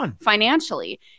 financially